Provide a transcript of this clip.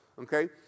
Okay